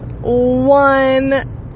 one